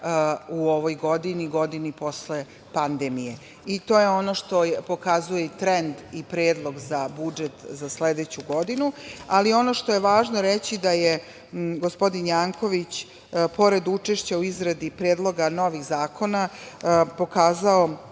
u ovoj godini, godini posle pandemije. To je ono pokazuje trend i predlog za budžet za sledeću godinu. Važno je reći da je gospodin Janković, pored učešća u izradi predloga novih zakona, pokazao